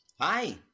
Hi